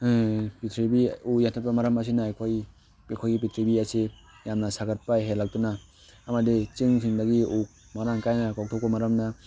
ꯄꯤꯛꯊ꯭ꯔꯤꯕꯤ ꯎ ꯌꯥꯟꯊꯠꯄ ꯃꯔꯝ ꯑꯁꯤꯅ ꯑꯩꯈꯣꯏ ꯑꯩꯈꯣꯏꯒꯤ ꯄꯤꯛꯊ꯭ꯔꯤꯕꯤ ꯑꯁꯤ ꯌꯥꯝꯅ ꯁꯥꯒꯠꯄ ꯍꯦꯜꯂꯛꯇꯨꯅ ꯑꯃꯗꯤ ꯆꯤꯡꯁꯤꯡꯗꯒꯤ ꯎ ꯃꯔꯥꯡ ꯀꯥꯏꯅ ꯀꯣꯛꯊꯣꯛꯄ ꯃꯔꯝꯅ